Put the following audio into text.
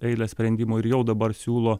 eilę sprendimų ir jau dabar siūlo